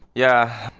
yeah.